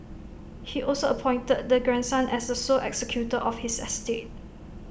he also appointed the grandson as the sole executor of his estate